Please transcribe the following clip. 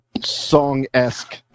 song-esque